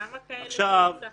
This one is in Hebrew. כמה כאלה תמצא כבר?